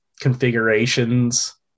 configurations